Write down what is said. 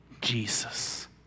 Jesus